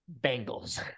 Bengals